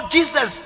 Jesus